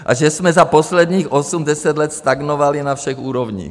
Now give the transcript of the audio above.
A že jsme za posledních osm, deset let stagnovali na všech úrovních.